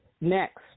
Next